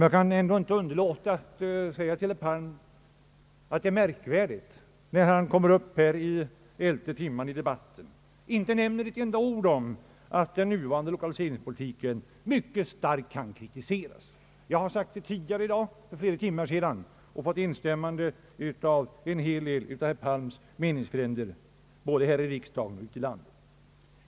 Jag finner det anmärkningsvärt att herr Palm — när han nu tar till orda så här i debattens elfte timme — inte säger ett enda ord om att den nuvarande = lokaliseringspolitiken mycket starkt kritiserats. Jag har tidigare sagt att så är fallet — i dag för flera timmar sedan — och har fått instämmanden på den punkten av en hel del av herr Palms meningsfränder både här i riksdagen och ute i landet.